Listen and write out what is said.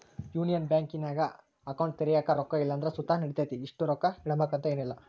union ಬ್ಯಾಂಕಿನಾಗ account ತೆರ್ಯಾಕ ರೊಕ್ಕ ಇಲ್ಲಂದ್ರ ಸುತ ನಡಿತತೆ, ಇಷ್ಟು ರೊಕ್ಕ ಇಡುಬಕಂತ ಏನಿಲ್ಲ